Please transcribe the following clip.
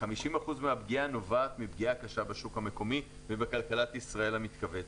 כ-50% מהפגיעה נובעת מפגיעה קשה בשוק המקומי ובכלכלת ישראל המתכווצת.